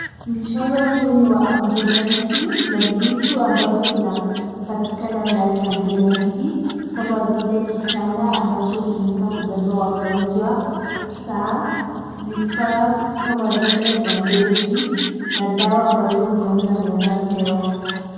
Mchoro huu ni wa ambulensi na vitu ambavyo vinapatikana ndani ya ambulensi kama vile kitanda ambacho hutumika kubeba wagonjwa, saa, vifaa kama vile bandeji na dawa ambazo mgonjwa anaeza pewa.